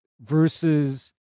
versus